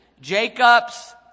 Jacob's